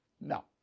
no